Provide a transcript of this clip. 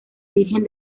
virgen